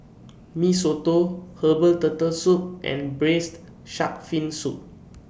Mee Soto Herbal Turtle Soup and Braised Shark Fin Soup